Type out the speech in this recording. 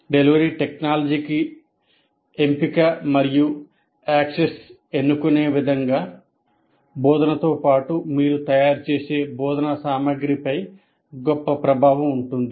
delivery టెక్నాలజీకి ఎంపిక మరియు ప్రాప్యతను ఎన్నుకునే పరంగా బోధనతో పాటు మీరు తయారుచేసే బోధనా సామగ్రిపై గొప్ప ప్రభావం ఉంటుంది